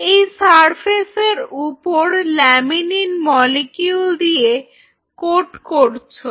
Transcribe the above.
এই সারফেসের উপর ল্যামিনিন মলিকিউল দিয়ে কোট করছো